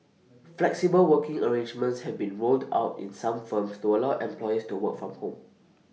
flexible working arrangements have been rolled out in some firms to allow employees to work from home